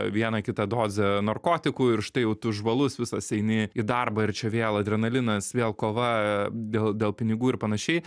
vieną kitą dozę narkotikų ir štai jau tu žvalus visas eini į darbą ir čia vėl adrenalinas vėl kova dėl dėl pinigų ir panašiai